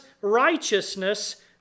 righteousness